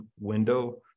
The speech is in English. window